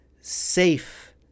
safe